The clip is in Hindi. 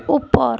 ऊपर